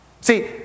See